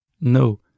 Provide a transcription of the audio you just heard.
No